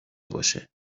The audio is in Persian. باشد